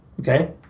okay